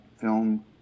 film